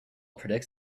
predicts